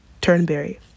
Turnberry